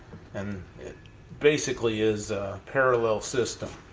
and it basically is a parallel system.